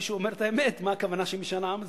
מישהו אומר את האמת, מה הכוונה של משאל עם זה.